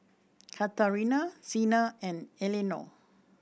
Katharina Xena and Elenore